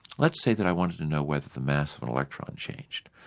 let's say that i wanted to know whether the mass of an electron changed.